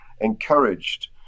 encouraged